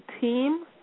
team